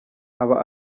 aba